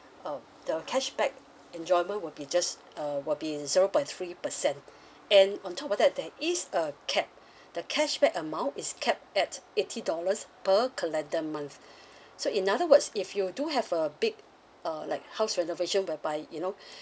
uh the cashback enjoyment will be just uh will be zero point three percent and on top of that there is a cap the cashback amount is capped at eighty dollars per calendar month so in other words if you do have a big uh like house renovation whereby you know